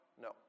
No